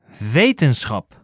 wetenschap